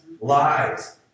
lies